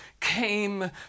came